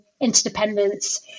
interdependence